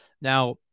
now